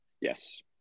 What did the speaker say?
Yes